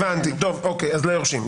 הבנתי, אז לא היורשים.